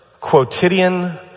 Quotidian